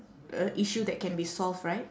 a issue that can be solve right